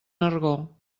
nargó